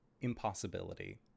Impossibility